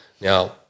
Now